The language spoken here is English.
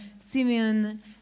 Simeon